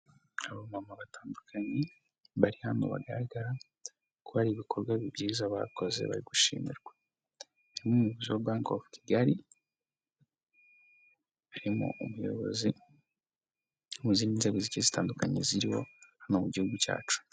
Abamama batandukanye bari hano bagaragara ko hari ibikorwa byiza bakoze bari gushimirwa, harimo umuyobozi wa banki ofu Kigali, harimo umuyobozi mu zindi nzego zigiye zitandukanye ziriho hano mu gihugu cyacu.